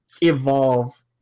evolve